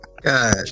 God